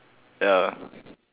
ya